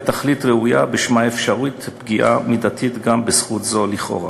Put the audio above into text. תכלית ראויה שבשמה אפשרית פגיעה מידתית גם בזכות זו לכאורה.